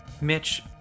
mitch